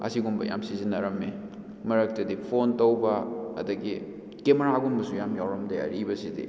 ꯑꯁꯤꯒꯨꯝꯕ ꯌꯥꯝ ꯁꯤꯖꯤꯟꯅꯔꯝꯃꯤ ꯃꯔꯛꯇꯨꯗꯤ ꯐꯣꯟ ꯇꯧꯕ ꯑꯗꯒꯤ ꯀꯦꯃꯦꯔꯥ ꯒꯨꯝꯕꯁꯨ ꯌꯥꯝ ꯌꯥꯎꯔꯝꯗꯦ ꯑꯔꯤꯕꯁꯤꯗꯤ